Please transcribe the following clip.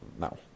No